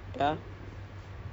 kena bawa passport